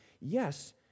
Yes